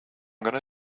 gonna